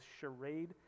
charade